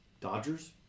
Dodgers